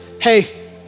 Hey